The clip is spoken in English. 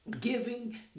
giving